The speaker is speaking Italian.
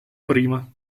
prima